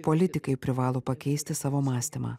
politikai privalo pakeisti savo mąstymą